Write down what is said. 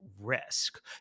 risk